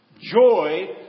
Joy